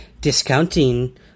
discounting